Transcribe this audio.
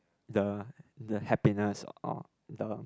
the the happiness or the